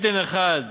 אֶדֶן אחד,